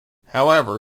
however